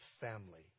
family